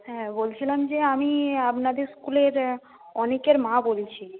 হ্যাঁ বলছিলাম যে আমি আপনাদের স্কুলের অনিকের মা বলছি